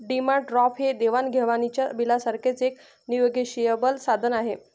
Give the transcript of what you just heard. demand draft हे देवाण घेवाणीच्या बिलासारखेच एक निगोशिएबल साधन आहे